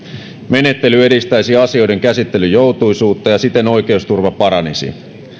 menettely edistäisi asioiden käsittelyn joutuisuutta ja siten oikeusturva paranisi